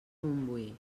montbui